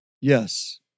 Yes